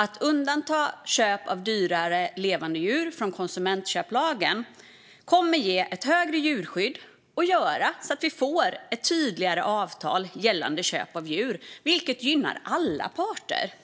Att undanta köp av dyrare levande djur från konsumentköplagen kommer att ge ett högre djurskydd och göra att vi får ett tydligare avtal gällande köp av djur, vilket gynnar alla parter.